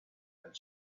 and